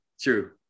true